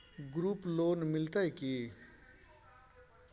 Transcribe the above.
Group loan मिलतै की?